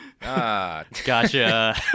Gotcha